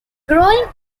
growing